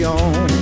on